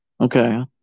Okay